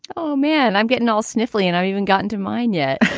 oh, man, i'm getting all sniffly and i've even gotten to mine yet.